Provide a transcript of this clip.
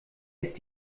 ist